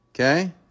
Okay